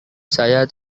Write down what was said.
saya